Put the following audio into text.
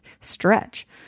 stretch